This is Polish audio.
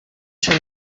się